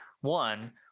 One